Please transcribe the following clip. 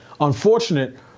unfortunate